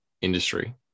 industry